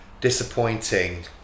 disappointing